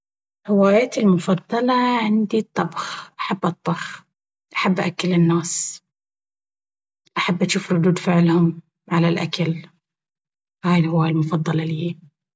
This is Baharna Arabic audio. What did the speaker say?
هوايتي المفضلة عندي الطبخ... أحب أطبخ... أحب أاكل الناس ، أحب أجوف ردود فعلهم على الأكل... هاي الهواية المفضلة ليي.